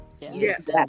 Yes